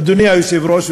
אדוני היושב-ראש,